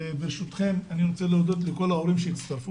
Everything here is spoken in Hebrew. וברשותכם, אני רוצה להודות לכל ההורים שהצטרפו